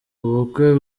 ubukwe